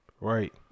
Right